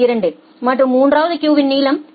2 மற்றும் மூன்றாவது கியூவின் நீளம் 0